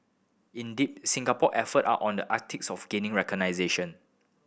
indeed Singapore effort are on the Arctics of gaining recognition